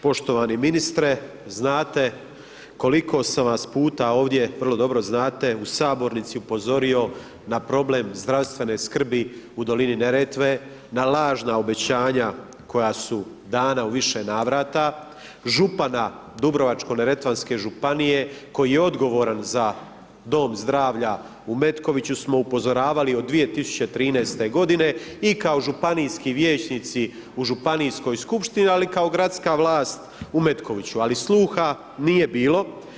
Poštovani ministre, znate koliko sam vas puta ovdje, vrlo dobro znate, u Sabornici upozorio na problem zdravstvene skrbi u dolini Neretve, na lažna obećanja koja su dana u više navrata, župana Dubrovačko neretvanske županije koji je odgovoran za Dom zdravlja u Metkoviću smo upozoravali od 2013.-te godine i kao županijski vijećnici u županijskoj Skupštini, ali kao gradska vlast u Metkoviću, ali sluha nije bilo.